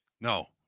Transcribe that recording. No